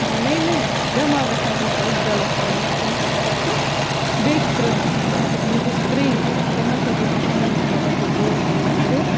میٲنِس دٮ۪ماغَس منٛز ہسا ٲسۍ غلط فہمِی کٲنٛسہِ مطلب کہِ بیٚکہِ ترٲمٕژ یُس اَسہِ ترٛیِم اوس تٔمۍ ہسا دوٚپ چٲنۍ مطلب کہِ دوس یُس چھِ